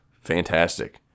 fantastic